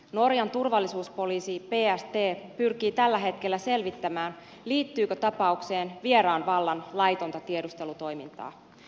norjan turvallisuuspoliisi pst pyrkii tällä hetkellä selvittämään liittyykö tapaukseen vieraan vallan laitonta tiedustelutoimintaa